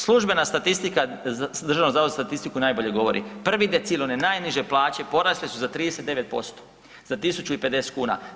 Službena statistika Državnog zavoda za statistiku najbolje govori, prvi decil one najniže plaće porasle su za 39%, za 1.050 kuna.